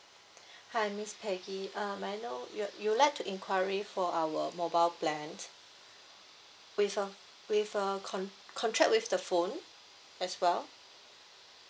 hi miss peggy uh may I know you you would like to inquiry for our mobile plan with a with a con~ contract with the phone as well